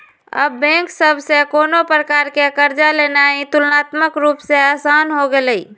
अब बैंक सभ से कोनो प्रकार कें कर्जा लेनाइ तुलनात्मक रूप से असान हो गेलइ